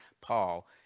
Paul